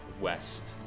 West